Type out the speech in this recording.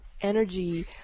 energy